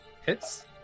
hits